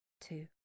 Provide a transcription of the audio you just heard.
two